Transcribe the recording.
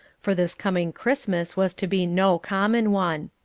for this coming christmas was to be no common one.